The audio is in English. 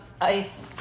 ice